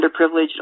underprivileged